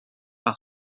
par